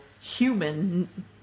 human